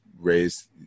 raise